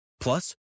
Plus